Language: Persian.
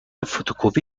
فتوکپی